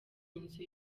inzu